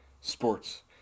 Sports